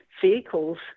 vehicles